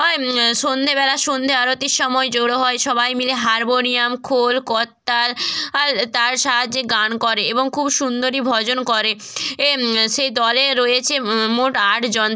হয় সন্ধেবেলা সন্ধে আরতির সময় জোড়ো হয় সবাই মিলে হারবোনিয়াম খোল করতাল তার সাহায্যে গান করে এবং খুব সুন্দরই ভজন করে সে দলে রয়েছে মোট আটজন